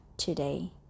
today